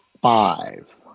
five